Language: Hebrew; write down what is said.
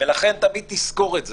לכן תמיד תזכור את זה.